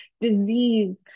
disease